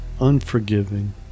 unforgiving